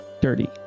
Dirty